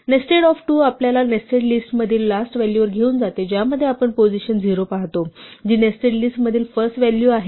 nested of 2 आपल्याला nested लिस्टमधील last व्हॅल्यूवर घेऊन जाते ज्यामध्ये आपण पोझिशन 0 पाहतो जी नेस्टेड लिस्ट मधील फर्स्ट व्हॅल्यू आहे